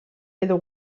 edo